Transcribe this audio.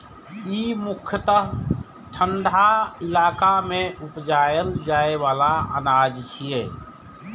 ई मुख्यतः ठंढा इलाका मे उपजाएल जाइ बला अनाज छियै